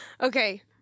Okay